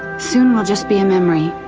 soon we'll just be a memory.